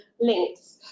links